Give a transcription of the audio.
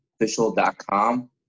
Official.com